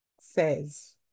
says